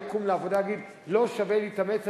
יקום לעבודה ויגיד: לא שווה לי להתאמץ,